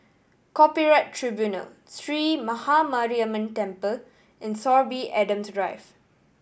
Copyright Tribunal Sree Maha Mariamman Temple and Sorby Adams Drive